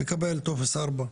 מקבל טופס 4,